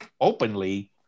openly